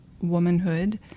womanhood